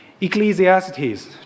ecclesiastes